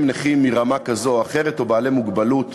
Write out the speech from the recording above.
נכים ברמה כזאת או אחרת או בעלי מוגבלות,